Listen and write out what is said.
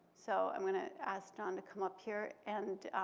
so i'm going to ask john to come up here and